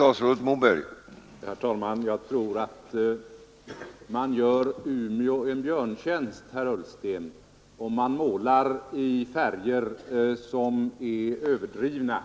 Herr talman! Jag tror, herr Ullsten, att man gör Umeå en björntjänst om man målar i överdrivet mörka